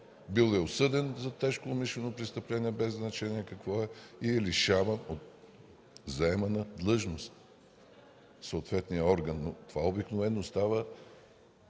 Бил е осъден за тежко умишлено престъпление, без значение какво е, и е лишаван от заемана длъжност в съответния орган. Лишаването от